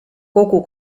kogu